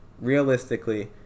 realistically